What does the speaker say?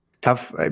Tough